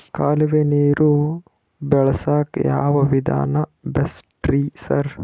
ಕಾಲುವೆ ನೀರು ಬಳಸಕ್ಕ್ ಯಾವ್ ವಿಧಾನ ಬೆಸ್ಟ್ ರಿ ಸರ್?